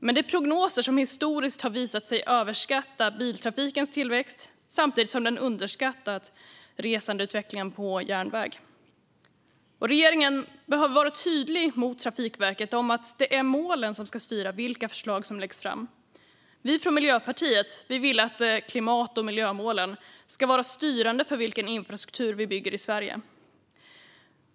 Det är prognoser som historiskt har visat sig överskatta biltrafikens tillväxt samtidigt som den underskattat resandeutvecklingen på järnväg. Regeringen behöver vara tydlig mot Trafikverket om att det är målen som ska styra vilka förslag som läggs fram. Vi från Miljöpartiet vill att klimat och miljömålen ska vara styrande för vilken infrastruktur vi bygger i Sverige.